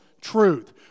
truth